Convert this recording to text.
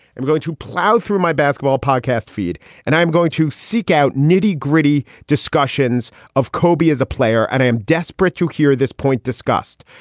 i'm going to plow through my basketball podcast feed and i'm going to seek out nitty gritty discussions of kobe as a player and am desperate to hear this point discussed.